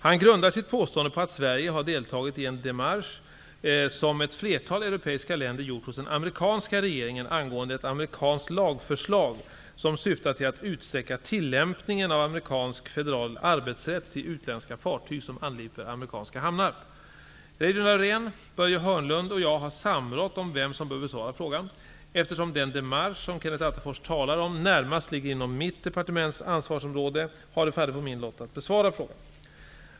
Han grundar sitt påstående på att Sverige har deltagit i en démarche som ett flertal europeiska länder gjort hos den amerikanska regeringen angående ett amerikanskt lagförslag som syftar till att utsträcka tillämpningen av amerikansk federal arbetsrätt till utländska fartyg som anlöper amerikanska hamnar. Reidunn Laurén, Börje Hörnlund och jag har samrått om vem som bör besvara frågan. Eftersom den démarche som Kenneth Attefors talar om närmast ligger inom mitt departements ansvarsområde, har det fallit på min lott att besvara frågan.